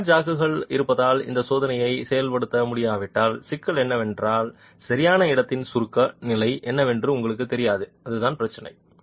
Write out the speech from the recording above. plot ஜாக்கள் இருப்பதால் இந்த சோதனையை செயல்படுத்த முடியாவிட்டால் சிக்கல் என்னவென்றால் சரியான இடத்தின் சுருக்க நிலை என்னவென்று உங்களுக்குத் தெரியாது அதுதான் பிரச்சினை